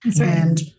And-